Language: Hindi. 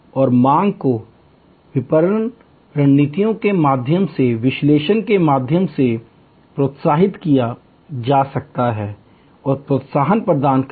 और मांग को विपणन रणनीतियों के माध्यम से विश्लेषण के माध्यम से प्रोत्साहित किया जा सकता है और प्रोत्साहन प्रदान करके